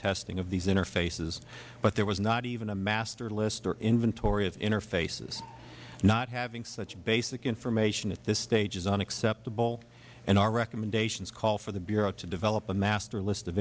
testing of these interfaces but there was not even a master list or inventory of interfaces not having such basic information at this stage is unacceptable and our recommendations call for the bureau to develop a master list of